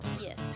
Yes